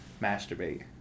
masturbate